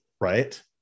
Right